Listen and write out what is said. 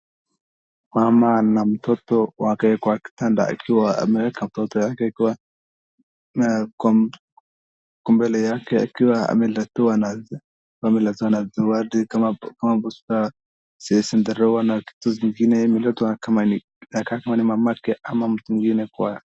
mama na mtoto wake kwa kitanda akiwa ameeka mtoto wake kwa mbele yake akiwa ameletewa zawadi kama busta na vitu zingine kama mamake